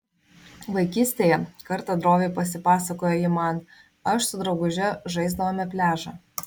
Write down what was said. vaikystėje kartą droviai pasipasakojo ji man aš su drauguže žaisdavome pliažą